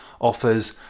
offers